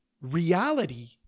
reality